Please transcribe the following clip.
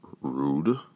rude